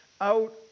out